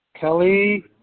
Kelly